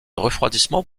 refroidissement